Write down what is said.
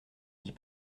dit